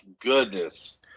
goodness